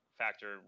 factor